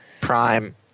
Prime